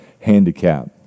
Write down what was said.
handicap